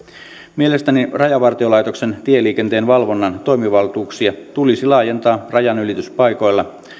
mielestäni rajavartiolaitoksen tieliikenteen valvonnan toimivaltuuksia tulisi laajentaa rajanylityspaikoilla